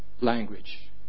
language